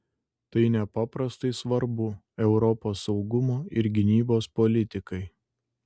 tai nepaprastai svarbu europos saugumo ir gynybos politikai